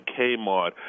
Kmart